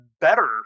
better